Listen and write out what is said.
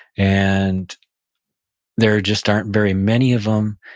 and there just aren't very many of them,